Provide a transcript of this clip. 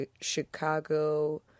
Chicago